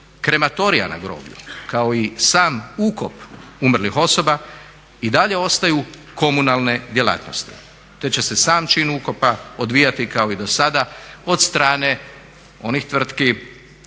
krematorija na groblju kao i sam ukop umrlih osoba i dalje ostaju komunalne djelatnosti, te će se sam čin ukopa odvijati kao i do sada od strane onih tvrtki